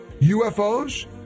UFOs